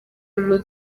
uyu